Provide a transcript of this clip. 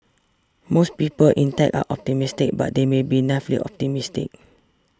most people in tech are optimistic but they may be naively optimistic